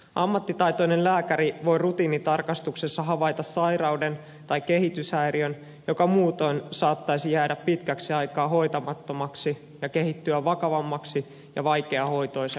ammattitaitoinen lääkäri voi rutiinitarkastuksessa havaita sairauden tai kehityshäiriön joka muutoin saattaisi jäädä pitkäksi aikaa hoitamattomaksi ja kehittyä vakavammaksi ja vaikeahoitoisemmaksi